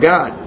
God